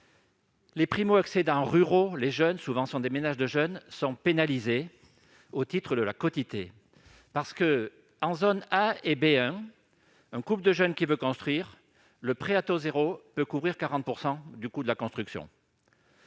les primo-accédants ruraux- ce sont souvent des ménages de jeunes -sont pénalisés au titre de la quotité. En effet, en zones A et B1, pour un couple de jeunes qui veut construire, le prêt à taux zéro peut couvrir 40 % du coût de la construction,